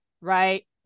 right